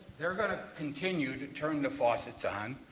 they are going to continue to turn the faucets on.